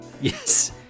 Yes